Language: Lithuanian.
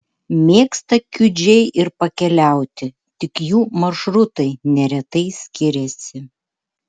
mėgsta kiudžiai ir pakeliauti tik jų maršrutai neretai skiriasi